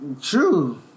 True